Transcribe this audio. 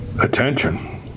attention